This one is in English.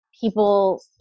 people